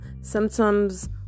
symptoms